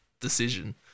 decision